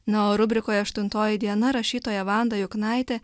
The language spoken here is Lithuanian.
na o rubrikoje aštuntoji diena rašytoja vanda juknaitė